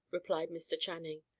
replied mr. channing.